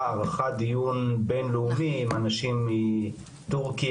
ערכה דיון בינלאומי עם אנשים מטורקיה,